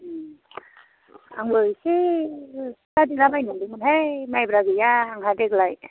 आंबो इसे फिथा देलाबायदोंमोनहाय माइब्रा गैया आंहा देग्लाय